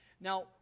Now